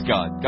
God